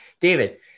david